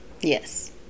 yes